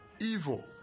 evil